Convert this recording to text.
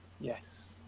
Yes